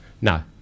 No